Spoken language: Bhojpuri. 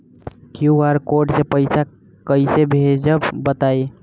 क्यू.आर कोड से पईसा कईसे भेजब बताई?